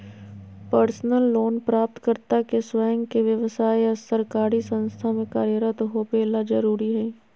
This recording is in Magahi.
पर्सनल लोन प्राप्तकर्ता के स्वयं के व्यव्साय या सरकारी संस्था में कार्यरत होबे ला जरुरी हइ